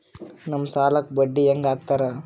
ನಮ್ ಸಾಲಕ್ ಬಡ್ಡಿ ಹ್ಯಾಂಗ ಹಾಕ್ತಾರ?